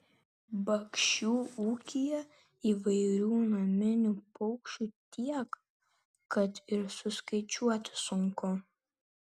bakšių ūkyje įvairių naminių paukščių tiek kad ir suskaičiuoti sunku